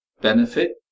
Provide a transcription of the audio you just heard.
Benefit